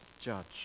judge